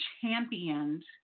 championed